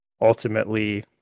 ultimately